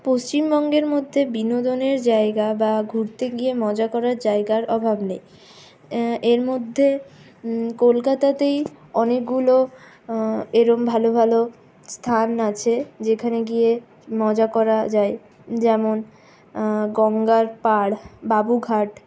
পশ্চিমবঙ্গের মধ্যে বিনোদনের জায়গা বা ঘুরতে গিয়ে মজা করার জায়গার অভাব নেই এর মধ্যে কলকাতাতেই অনেকগুলো এরম ভালো ভালো স্থান আছে যেখানে গিয়ে মজা করা যায় যেমন গঙ্গার পাড় বাবুঘাট